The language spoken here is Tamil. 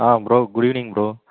ah bro good evening bro